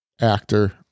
actor